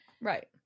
right